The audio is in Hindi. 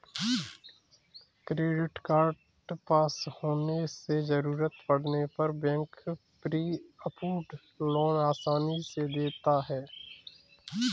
क्रेडिट कार्ड पास होने से जरूरत पड़ने पर बैंक प्री अप्रूव्ड लोन आसानी से दे देता है